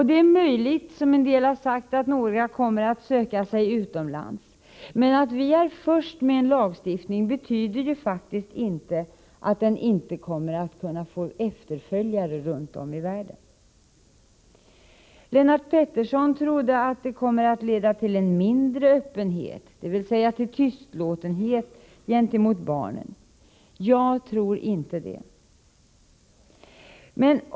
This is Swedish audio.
Det är också möjligt, som en del har sagt, att några kommer att söka sig utomlands för att genomgå insemination. Men att vi är först med en lagstiftning betyder faktiskt inte att den inte kan få efterföljare runt om i världen. Lennart Pettersson trodde att en lagstiftning kommer att leda till mindre öppenhet — till tystlåtenhet — gentemot barnen. Jag tror inte det.